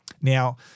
Now